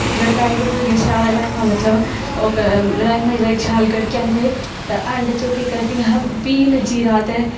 गड़काई गुड़काइयै शैल राजमांह् मतलब ओह् राजमांह् जेल्लै शैल गड़की जंदे हे ते एन्ड च ओह् केह् करदियां हा फ्ही जीरा ते